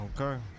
Okay